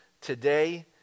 today